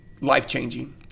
life-changing